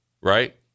right